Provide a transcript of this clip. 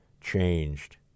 changed